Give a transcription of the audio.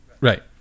right